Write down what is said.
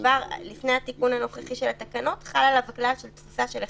כבר לפני התיקון הנוכחי של התקנות חל עליו הכלל של תפוסה של 7:1,